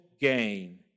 gain